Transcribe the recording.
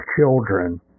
children